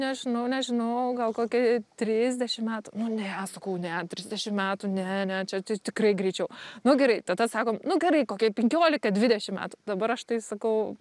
nežinau nežinau gal kokiai trisdešim metų nu ne sakau ne trisdešim metų ne ne čia tai tikrai greičiau nu gerai tada sakom nu gerai kokie penkiolika dvidešim metų dabar aš tai sakau